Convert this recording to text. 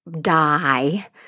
die